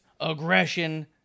aggression